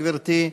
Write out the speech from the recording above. גברתי,